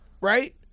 right